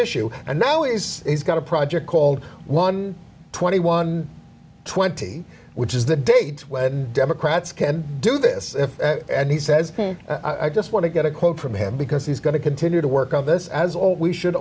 issue and now he's got a project called one twenty one twenty which is the date when democrats can do this and he says i just want to get a quote from him because he's going to continue to work on this as all we should